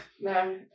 No